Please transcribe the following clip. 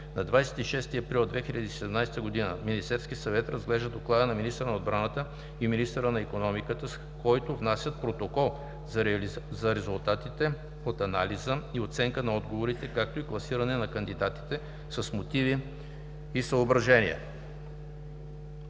на 26 април 2017 г. Министерският съвет разглежда Доклада на министъра на отбраната и министъра на икономиката, с който внасят Протокол за резултатите от анализа и оценката на отговорите, както и класиране на кандидатите с мотиви и съображения.